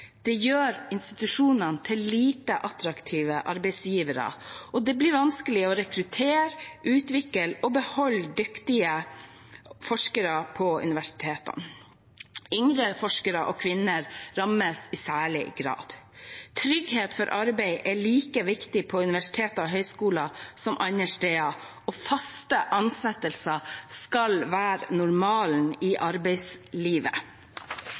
Det gjør institusjonene til lite attraktive arbeidsgivere. Det blir vanskelig å rekruttere, utvikle og beholde dyktige forskere på universitetene. Yngre forskere og kvinner rammes i særlig grad. Trygghet for arbeid er like viktig på universiteter og høgskoler som andre steder, og faste ansettelser skal være normalen i arbeidslivet.